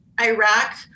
Iraq